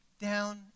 down